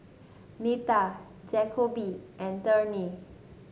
Nita Jacoby and Turner